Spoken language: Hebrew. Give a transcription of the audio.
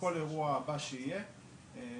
כל אירוע כזה שיתרחש בעתיד,